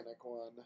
one